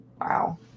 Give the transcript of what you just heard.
Wow